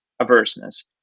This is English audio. averseness